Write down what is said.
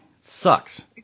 sucks